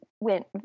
went